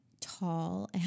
tall